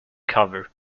cover